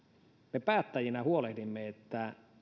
me päättäjinä huolehdimme että